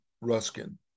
Ruskin